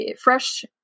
Fresh